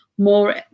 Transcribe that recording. more